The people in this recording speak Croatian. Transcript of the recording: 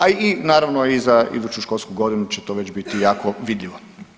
A i naravno za iduću školsku godinu će to već biti jako vidljivo.